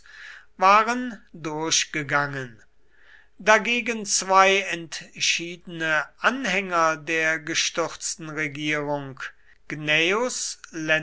waren durchgegangen dagegen zwei entschiedene anhänger der gestürzten regierung gnaeus